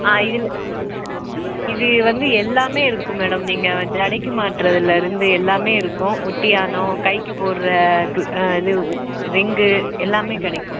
ஆ இதில் இது வந்து எல்லாமே இருக்கும் மேடம் நீங்கள் ஜடைக்கு மாட்டுகிறதுலருந்து எல்லாமே இருக்கும் ஒட்டியாணம் கைக்கு போடுற இது இது ரிங்கு எல்லாமே கிடைக்கும்